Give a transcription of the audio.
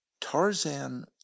Tarzan